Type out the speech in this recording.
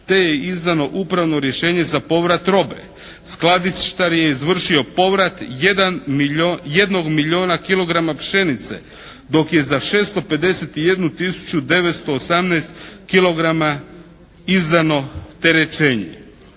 te je izdano upravno rješenje za povrat robe. Skladištar jer izvršio povrat 1 milijuna kilograma pšenice dok je za 651 tisuću 918 kilograma izdano terećenje.